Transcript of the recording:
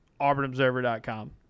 AuburnObserver.com